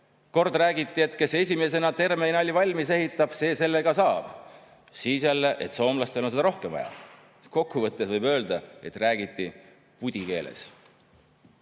Kord räägiti, et kes esimesena terminali valmis ehitab, see selle ka saab, siis jälle, et soomlastel on seda rohkem vaja. Kokkuvõttes võib öelda, et räägiti pudikeeles.